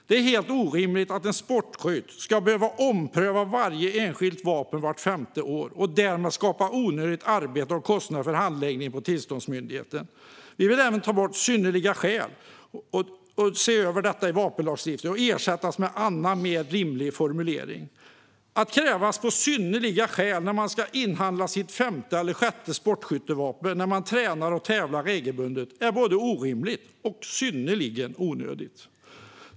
Det är helt orimligt att en sportskytt ska behöva ompröva varje enskilt vapen vart femte år och därmed skapa onödigt arbete och onödiga kostnader för handläggarna på tillståndsmyndigheten. Även "synnerliga skäl" behöver tas bort i vapenlagstiftningen och ersättas med annan mer rimlig formulering. Att man avkrävs "synnerliga skäl" när man ska inhandla sitt femte eller sjätte sportskyttevapen när man tränar och tävlar regelbundet är både orimligt och synnerligen onödigt.